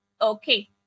Okay